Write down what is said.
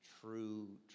true